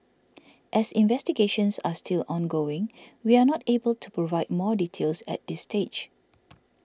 as investigations are still ongoing we are not able to provide more details at this stage